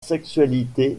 sexualité